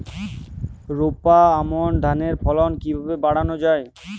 রোপা আমন ধানের ফলন কিভাবে বাড়ানো যায়?